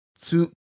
two